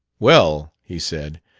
well, he said,